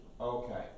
Okay